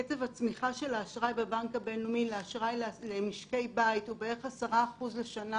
קצב הצמיחה של האשראי בבנק הבינלאומי למשקי בית הוא בערך 10% לשנה